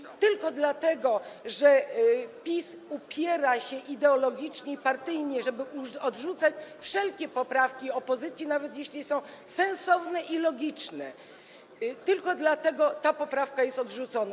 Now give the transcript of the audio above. I tylko dlatego, że PiS upiera się ideologicznie i partyjnie, żeby odrzucać wszelkie poprawki opozycji, nawet jeśli są sensowne i logiczne, tylko dlatego ta poprawka jest odrzucona.